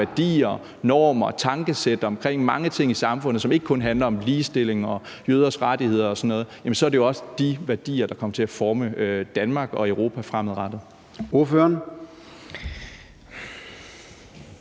værdier, normer og tankesæt omkring mange ting i samfundet, som ikke kun handler om ligestilling og jøders rettigheder og sådan noget, er det også de værdier, der kommer til at forme Danmark og Europa fremadrettet.